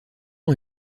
est